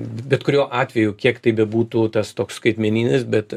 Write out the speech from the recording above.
bet kuriuo atveju kiek tai bebūtų tas toks skaitmeninis bet